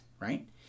right